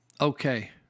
Okay